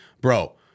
bro